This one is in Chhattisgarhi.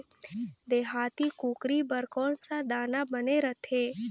देहाती कुकरी बर कौन सा दाना बने रथे?